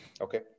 Okay